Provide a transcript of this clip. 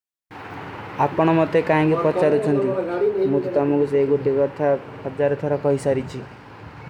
ଆକପଣମାତେ କାଈଂଗେ ପଚ୍ଚାର ଚଂଦୀ। ମୁଝେ ତାମୁଗସ ଏଗୋ ଦେଗା ଥା, ପଚ୍ଚାର ଥାରା ପହିଶାରୀଚୀ।